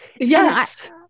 Yes